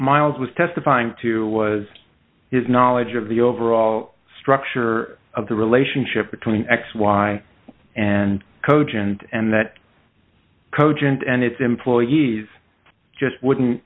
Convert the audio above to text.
myles was testifying to was his knowledge of the overall structure of the relationship between x y and cogent and that cogent and its employees just wouldn't